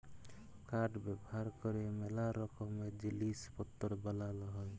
কাঠ ব্যাভার ক্যরে ম্যালা রকমের জিলিস পত্তর বালাল হ্যয়